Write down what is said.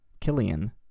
Killian